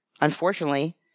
unfortunately